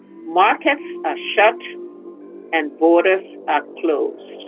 markets are shut and borders are closed.